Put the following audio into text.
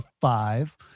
five